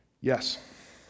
Yes